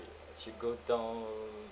should go down